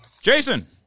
Jason